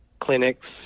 clinics